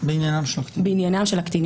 בעניינם של הקטינים.